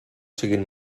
siguin